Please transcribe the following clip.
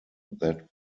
that